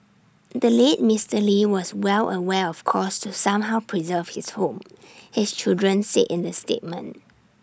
the late Mister lee was well aware of calls to somehow preserve his home his children said in the statement